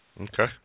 Okay